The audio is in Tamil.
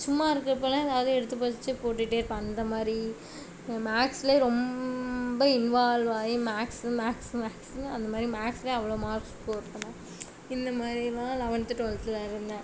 சும்மா இருக்கப்பலாம் ஏதாவது எடுத்து பசிச்சு போட்டுகிட்டே இருப்பேன் அந்த மாதிரி மேக்ஸில் ரொம்ப இன்வால்வ் ஆகி மேத்ஸூ மேத்ஸு மேத்ஸுன்னு அந்த மாதிரி மேத்ஸ்லேயே அவ்வளோ மார்க் ஸ்கோர் பண்ணேன் இந்த மாதிரிலா லெவென்த் டுவெல்த்தில் இருந்தேன்